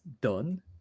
done